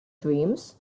dreams